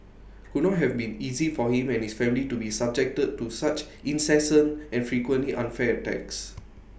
could not have been easy for him and his family to be subjected to such incessant and frequently unfair attacks